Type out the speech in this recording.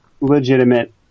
legitimate